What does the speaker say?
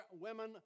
women